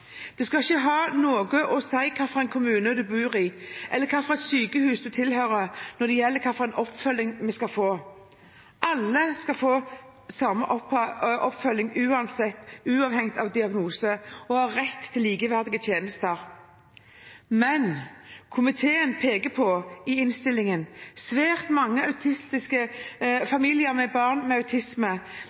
Det skal ikke ha noe å si hvilken kommune man bor i, eller hvilket sykehus man tilhører, når det gjelder hvilken oppfølging man skal få. Alle skal få samme oppfølging uansett, uavhengig av diagnose, og har rett til likeverdige tjenester. Men i innstillingen peker komiteen på at svært mange familier med barn med autisme